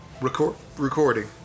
Recording